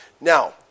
Now